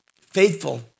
faithful